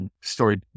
story